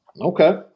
Okay